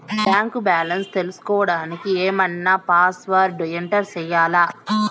Bank balance తెలుసుకోవడానికి ఏమన్నా password enter చేయాలా?